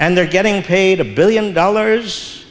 and they're getting paid a billion dollars